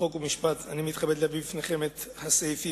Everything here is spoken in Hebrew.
חוק ומשפט אני מתכבד להביא בפניכם את סעיפים